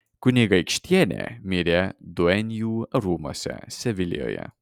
kunigaikštienė mirė duenjų rūmuose sevilijoje